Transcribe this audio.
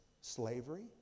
slavery